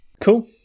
Cool